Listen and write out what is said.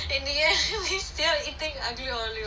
eh 你 eh then you eating aglio olio